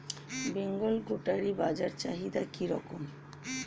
বেঙ্গল গোটারি বাজার চাহিদা কি রকম?